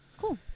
Cool